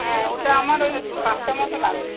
হ্যাঁ ওটা আমার ওই পাঁচটা মতো লাগবে